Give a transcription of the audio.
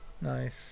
Nice